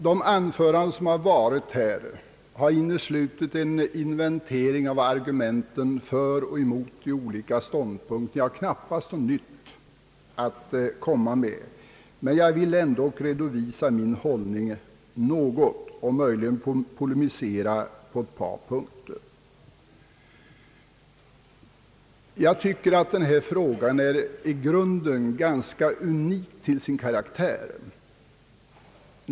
De anföranden som hållits här har inneslutit en inventering av argumenten för och emot de olika ståndpunkterna. Jag har knappast något nytt att komma med, men jag vill ändå redovisa min hållning något och möjligen polemisera på ett par punkter. Jag tycker att denna fråga är i grunden ganska unik till sin karaktär.